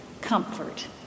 comfort